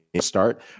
start